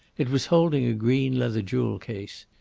it was holding a green leather jewel-case.